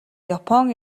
япон